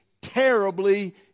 terribly